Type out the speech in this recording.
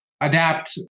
adapt